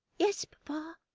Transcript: yes, papa